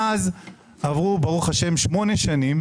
מאז עברו שמונה שנים,